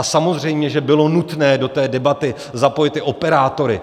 Samozřejmě že bylo nutné do debaty zapojit i operátory.